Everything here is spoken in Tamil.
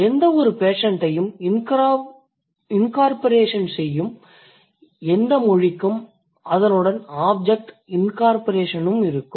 எந்தவொரு பேஷண்ட்டையும் incorporation செய்யும் எந்த மொழிக்கும் அதனுடன் ஆப்ஜெக்ட் incorporationஉம் இருக்கும்